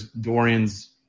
Dorian's